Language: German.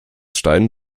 stein